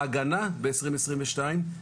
ההגנה בשנת 2022,